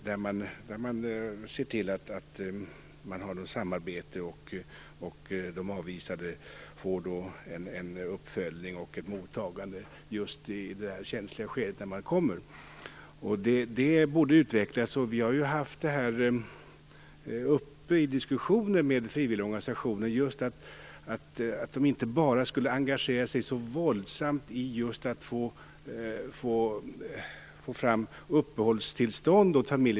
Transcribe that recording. De kunde se till att få till stånd ett samarbete, en uppföljning och ett mottagande av de avvisade just i det känsliga skede då de anländer. Detta borde utvecklas. Vi har diskuterat detta med frivilligorganisationerna, att de inte bara skulle engagera sig så våldsamt för att få fram uppehållstillstånd för familjer.